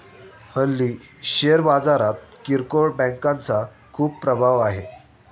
हल्ली शेअर बाजारात किरकोळ बँकांचा खूप प्रभाव आहे